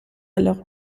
alors